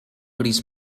gris